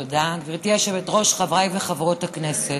גברתי היושבת-ראש, חברי וחברות הכנסת,